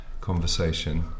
conversation